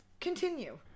Continue